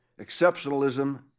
exceptionalism